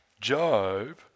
Job